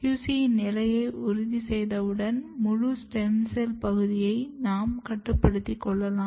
QC யின் நிலையை உறுதி செய்தவுடன் முழு ஸ்டெம் செல் பகுதியை நாம் கட்டுப்படுத்திக் கொள்ளலாம்